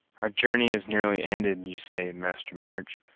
our journey is nearly ended, you say, master march,